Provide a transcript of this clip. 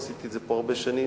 עשיתי את זה פה הרבה שנים.